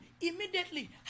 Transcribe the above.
Immediately